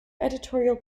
editorial